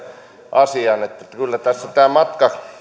asian että kyllä tässä